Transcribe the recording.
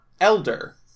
Elder